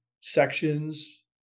sections